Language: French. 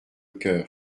cœur